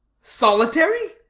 solitary?